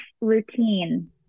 routine